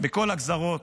בכל הגזרות,